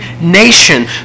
nation